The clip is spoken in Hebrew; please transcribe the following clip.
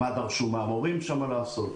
מה דרשו מהמורים שם לעשות?